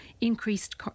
increased